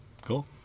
Cool